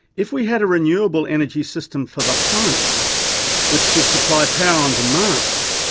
if we had a renewable energy system for the home which could supply power on demand,